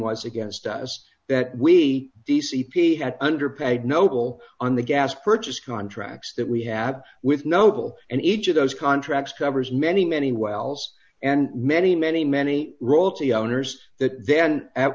was against us that we d c p had underpaid noble on the gas purchase contracts that we have with noble and each of those contracts covers many many wells and many many many roles the owners th